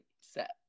set